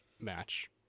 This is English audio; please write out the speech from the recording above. match